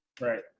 Right